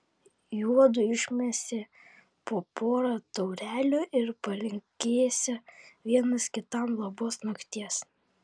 juodu išmesią po porą taurelių ir palinkėsią vienas kitam labos nakties